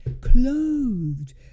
clothed